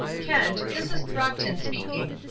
kent, this is throgton speaking.